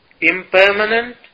Impermanent